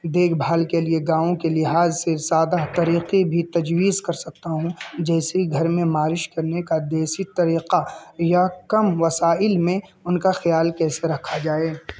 دیکھ بھال کے لیے گاؤں کے لحاظ سے سادہ طریقے بھی تجویز کر سکتا ہوں جیسے گھر میں مالش کرنے کا دیسی طریقہ یا کم وسائل میں ان کا خیال کیسے رکھا جائے